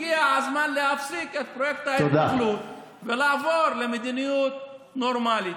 הגיע הזמן להפסיק את פרויקט ההתנחלות ולעבור למדיניות נורמלית.